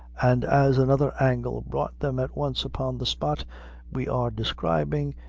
and as another angle brought them at once upon the spot we are describing,